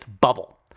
bubble